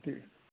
ٹھیک